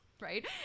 right